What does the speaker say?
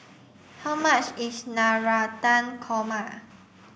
how much is Navratan Korma